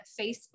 Facebook